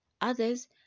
Others